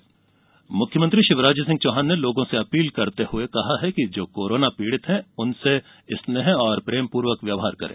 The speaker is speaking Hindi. मुख्यमंत्री अपील मुख्यमंत्री शिवराज सिंह चौहान ने लोगों से अपील करते हुए कहा है कि जो कोरोना पीड़ित है उनसे स्नेह और प्रेमपूर्वक व्यवहार करें